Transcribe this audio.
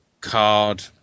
card